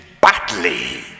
badly